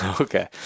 Okay